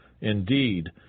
Indeed